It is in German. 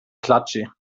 klatsche